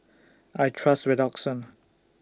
I Trust Redoxon